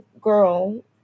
girl